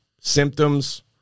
symptoms